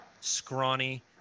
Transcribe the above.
scrawny